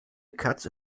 katze